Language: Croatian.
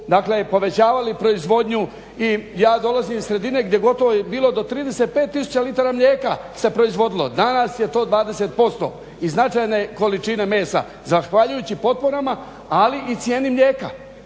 dakle povećavali proizvodnju. I ja dolazim iz sredine gdje gotovo je bilo do 35000 litara mlijeka se proizvodilo. Danas je to 20% i značajne količine mesa zahvaljujući potporama ali i cijeni mlijeka.